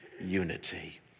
unity